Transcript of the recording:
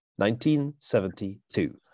1972